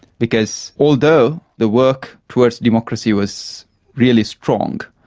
because although the work towards democracy was really strong,